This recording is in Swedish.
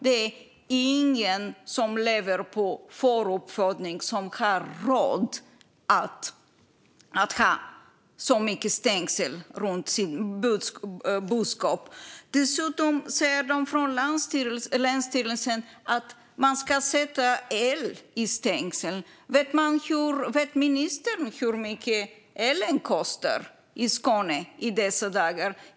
Det är ingen som lever på fåruppfödning som har råd att ha så mycket stängsel runt sin boskap. Dessutom säger länsstyrelsen att man ska ha el i stängslen. Vet ministern hur mycket elen kostar i Skåne i dessa dagar?